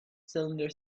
cylinder